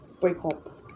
breakup